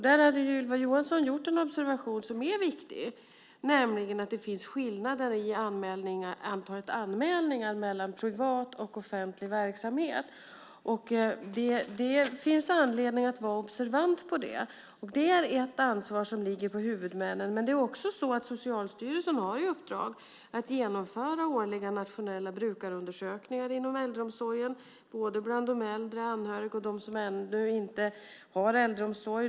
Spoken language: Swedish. Där hade ju Ylva Johansson gjort en observation som är viktig, nämligen att det finns en skillnad mellan antalet anmälningar i privat och offentlig verksamhet. Det finns anledning att vara observant på det. Det här är ett ansvar som ligger på huvudmännen, men det är ju också så att Socialstyrelsen har i uppdrag att årligen utföra nationella brukarundersökningar inom äldreomsorgen bland de äldre, bland de anhöriga och bland dem som ännu inte har äldreomsorg.